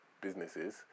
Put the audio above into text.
businesses